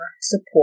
support